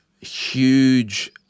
huge